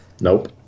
Nope